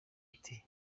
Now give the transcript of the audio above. ati